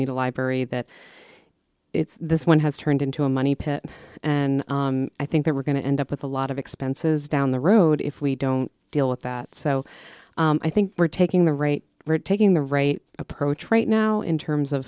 need a library that it's this one has turned into a money pit and i think that we're going to end up with a lot of expenses down the road if we don't deal with that so i think we're taking the right we're taking the right approach right now in terms of